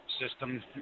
system